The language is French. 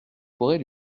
pourrez